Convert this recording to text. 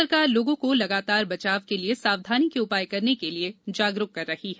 राज्य सरकार लोगों को लगातार बचाव के लिए सावधानी के उपाय करने के लिए जागरूक कर रही है